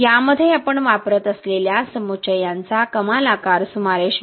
यामध्ये आपण वापरत असलेल्या समुच्चयांचा कमाल आकार सुमारे ०